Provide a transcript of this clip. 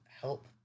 help